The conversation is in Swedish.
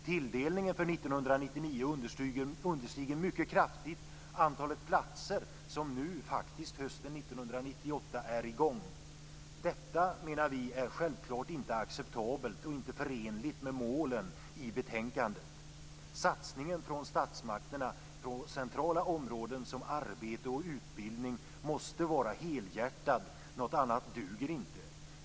Tilldelningen för 1999 understiger mycket kraftigt det antal platser som faktiskt finns nu under hösten 1998. Vi menar att detta självklart inte är acceptabelt och inte förenligt med målen i betänkandet. Satsningen från statsmakterna på centrala områden som arbete och utbildning måste var helhjärtad - något annat duger inte.